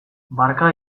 barka